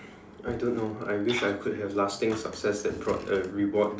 I don't know I wish I could have lasting success that brought a reward that